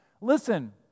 listen